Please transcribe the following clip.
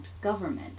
government